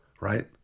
right